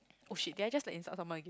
oh shit did I just like insult someone again